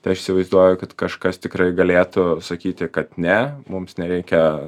tai aš įsivaizduoju kad kažkas tikrai galėtų sakyti kad ne mums nereikia